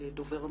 דובר המשרד,